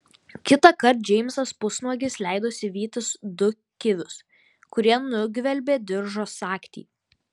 kitąkart džeimsas pusnuogis leidosi vytis du kivius kurie nugvelbė diržo sagtį